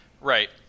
Right